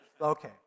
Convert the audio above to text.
Okay